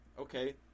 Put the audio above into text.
okay